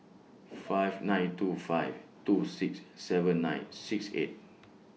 five nine two five two six seven nine six eight